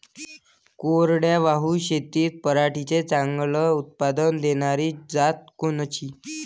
कोरडवाहू शेतीत पराटीचं चांगलं उत्पादन देनारी जात कोनची?